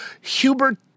Hubert